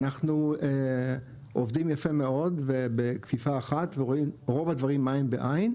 אנחנו עובדים יפה מאוד ובכפיפה אחת ורואים רוב הדברים עין בעין,